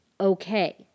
okay